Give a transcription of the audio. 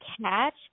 catch